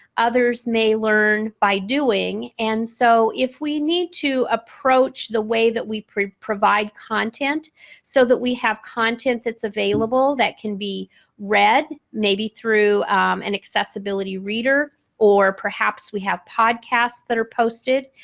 others may learn by doing. and, so if we need to approach the way that we provide content so that we have content that's available that can be read maybe through an accessibility reader or perhaps we have podcasts that are posted.